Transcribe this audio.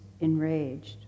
enraged